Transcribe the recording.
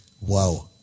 Wow